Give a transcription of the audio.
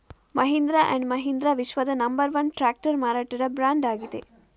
Mahindra and Mahindra ವಿಶ್ವದ number one tractor ಮಾರಾಟದ brand ಆಗಿದೆ